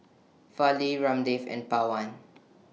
Fali Ramdev and Pawan